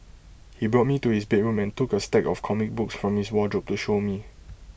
he brought me to his bedroom and took A stack of comic books from his wardrobe to show me